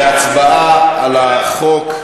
להצבעה על החוק.